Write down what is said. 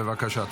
בבקשה.